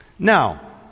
Now